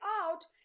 out